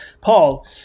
Paul